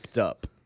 up